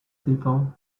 people